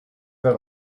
del